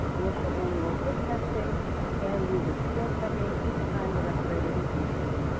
initial annual fit testing and end user seal checking each time the respirator is used.